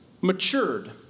matured